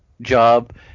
job